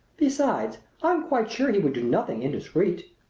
besides, i am quite sure he would do nothing indiscreet.